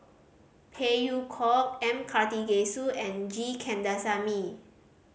Phey Yew Kok M Karthigesu and G Kandasamy